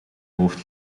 hoofd